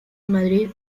madrid